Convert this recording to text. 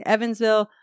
Evansville